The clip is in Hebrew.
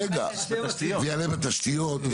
זה יעלה בתשתיות.